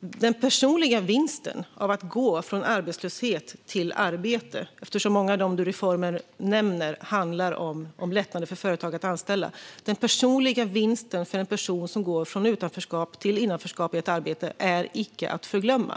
den personliga vinsten för människor av att gå från arbetslöshet till arbete. Många av de reformer ledamoten nämner handlar om lättnader för företag att anställa, och den personliga vinsten av att gå från utanförskap till innanförskap i ett arbete är icke att förglömma.